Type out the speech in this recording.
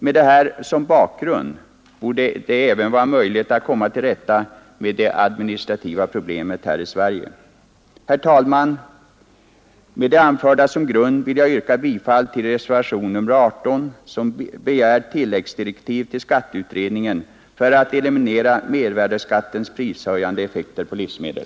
Med detta som bakgrund torde det vara möjligt att komma till rätta med det administrativa problemet även i Sverige. Herr talman! Med det anförda vill jag yrka bifall till reservationen 18 vid skatteutskottets betänkande nr 32, som begär tilläggsdirektiv till skatteutredningen för att eliminera mervärdeskattens prishöjande effekter på viktiga livsmedel.